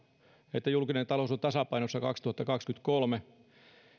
ovat että julkinen talous on tasapainossa kaksituhattakaksikymmentäkolme